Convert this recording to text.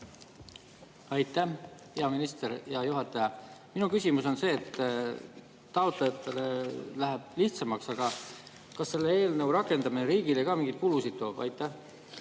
Aitäh! Hea minister! Hea juhataja! Minu küsimus on see, et taotlejatel läheb küll lihtsamaks, aga kas selle eelnõu rakendamine riigile ka mingeid kulusid toob. Aitäh!